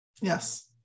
Yes